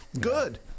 Good